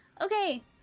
Okay